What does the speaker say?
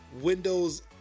windows